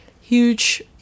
huge